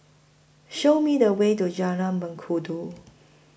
Show Me The Way to Jalan Mengkudu